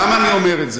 למה אני אומר את זה?